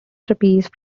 trapeze